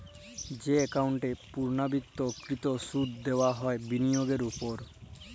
যে একাউল্টে পুর্লাবৃত্ত কৃত সুদ দিয়া হ্যয় বিলিয়গের উপর